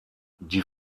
die